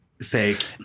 Fake